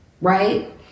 right